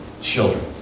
children